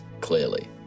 clearly